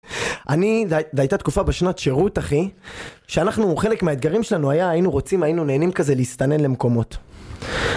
אני... זה הייתה תקופה בשנת שירות, אחי, שאנחנו, חלק מהאתגרים שלנו היה, היינו רוצים, היינו נהנים כזה להסתנן למקומות.